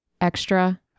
extra